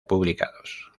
publicados